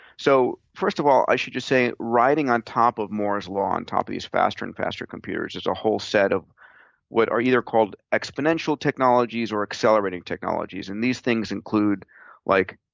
so first of all, i should just say riding on top of moore's law on top of these faster and faster computers is a whole set of what are either called exponential technologies or accelerated technologies, and these things include like